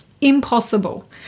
Impossible